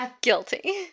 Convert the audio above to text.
guilty